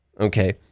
Okay